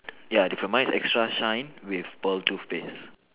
ya for mine is extra shine with pearl toothpaste